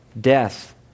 death